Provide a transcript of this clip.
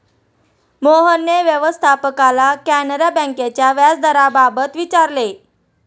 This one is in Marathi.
मोहनने व्यवस्थापकाला कॅनरा बँकेच्या व्याजदराबाबत विचारले